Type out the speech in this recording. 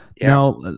Now